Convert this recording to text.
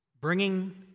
bringing